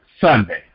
Sunday